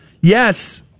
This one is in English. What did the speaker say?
yes